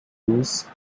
louis